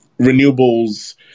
Renewables